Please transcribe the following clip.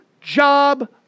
job